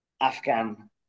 Afghan